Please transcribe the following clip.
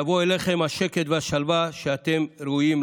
אז בואו פשוט נעזור להם